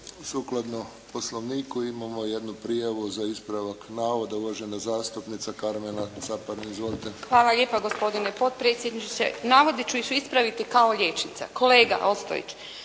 Sukladno poslovniku imamo jednu prijavu za ispravak navoda, uvažena zastupnica Karmela Caparin. Izvolite. **Caparin, Karmela (HDZ)** Hvala lijepa gospodine potpredsjedniče. Navode ću ispraviti kao liječnica. Kolega Ostojić,